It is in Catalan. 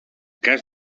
cas